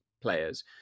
players